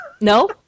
No